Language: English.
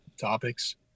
topics